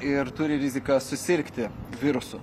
ir turi riziką susirgti virusu